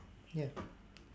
ya